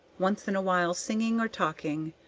once in a while singing or talking,